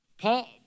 Paul